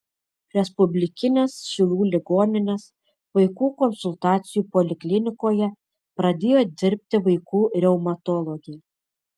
respublikinės šiaulių ligoninės vaikų konsultacijų poliklinikoje pradėjo dirbti vaikų reumatologė